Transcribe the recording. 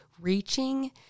reaching